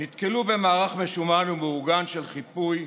נתקלו במערך משומן ומאורגן של חיפוי,